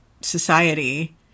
society